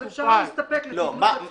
אז אפשר להסתפק לתדלוק עצמי --- הבעיה